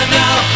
now